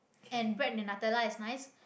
and bread and Nutella is nice